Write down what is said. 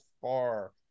far